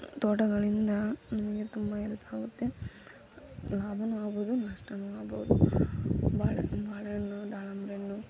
ತೋಟಗಳಿಂದ ನಮಗೆ ತುಂಬ ಹೆಲ್ಪಾಗುತ್ತೆ ಲಾಭನೂ ಆಗ್ಬೋದು ನಷ್ಟನು ಆಗ್ಬೋದು ಬಾಳೆ ಬಾಳೆಹಣ್ಣು ದಾಳಿಂಬೆ ಹಣ್ಣು